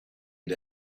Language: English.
had